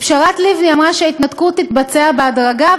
פשרת לבני אמרה שההתנתקות תתבצע בהדרגה,